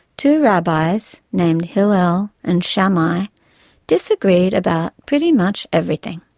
two rabbis named hillel and shammai disagreed about pretty much everything.